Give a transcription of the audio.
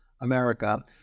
America